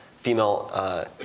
female